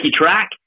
track